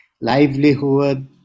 livelihood